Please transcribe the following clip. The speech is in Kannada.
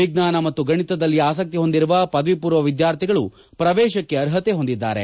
ವಿಜ್ಞಾನ ಮತ್ತು ಗಣಿತದಲ್ಲಿ ಆಸಕ್ತಿ ಹೊಂದಿರುವ ಪದವಿ ಪೂರ್ವ ವಿದ್ಯಾರ್ಥಿಗಳು ಪ್ರವೇಶಕ್ಕೆ ಅರ್ಹತೆ ಹೊಂದಿದ್ದಾರೆ